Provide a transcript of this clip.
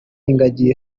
ingagi